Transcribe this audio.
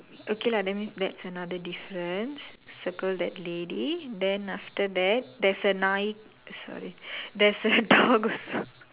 okay lah that means that's another difference circle that lady then after that there's a நாய்:naai sorry there's a dog also